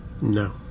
No